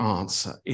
answer